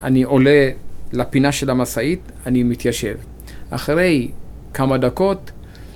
אני עולה לפינה של המשאית, אני מתיישב, אחרי כמה דקות